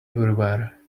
everywhere